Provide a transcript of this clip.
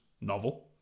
novel